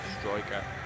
striker